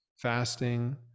Fasting